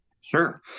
Sure